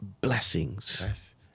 blessings